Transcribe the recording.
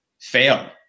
fail